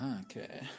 Okay